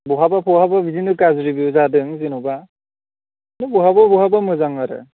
ब'हाबा ब'हाबा बिदिनो गाज्रिबो जादों जेन'बा खिन्थु ब'हाबा ब'हाबा मोजां आरो